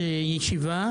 ולעשות ישיבה.